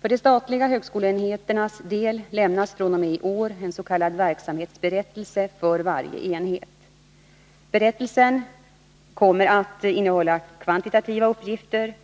För de statliga högskoleenheternas del lämnas fr.o.m. i år en s.k. verksamhetsberättelse från varje enhet. Berättelsen kommer att innehålla kvantitativa uppgifter,